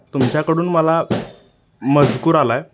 तुमच्याकडून मला मजकूर आला आहे